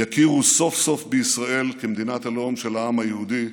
יכירו סוף-סוף בישראל כמדינת הלאום של העם היהודי